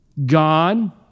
God